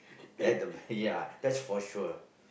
that the ya that's for sure